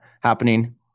happening